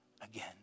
again